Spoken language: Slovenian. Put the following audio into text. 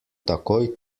takoj